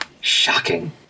shocking